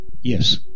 yes